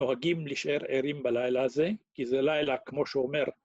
‫נוהגים להשאר ערים בלילה הזו, ‫כי זה לילה, כמו שאומר...